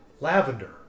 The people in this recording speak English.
lavender